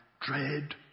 dread